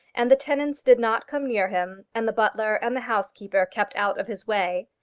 and the tenants did not come near him, and the butler and the housekeeper kept out of his way,